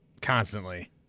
constantly